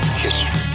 history